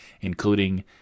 including